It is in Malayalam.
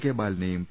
കെ ബാല നേയും പി